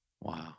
Wow